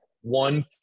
One